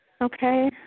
Okay